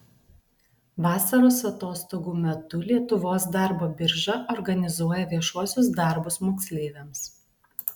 vasaros atostogų metu lietuvos darbo birža organizuoja viešuosius darbus moksleiviams